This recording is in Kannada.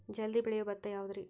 ಜಲ್ದಿ ಬೆಳಿಯೊ ಭತ್ತ ಯಾವುದ್ರೇ?